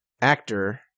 actor